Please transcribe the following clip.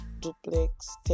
duplex